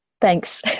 Thanks